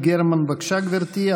חברת הכנסת יעל גרמן, בבקשה, גברתי.